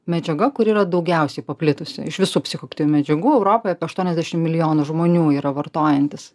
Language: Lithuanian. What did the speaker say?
medžiaga kuri yra daugiausiai paplitusi iš visų psichoaktyvių medžiagų europoj apie aštuoniasdešim milijonų žmonių yra vartojantys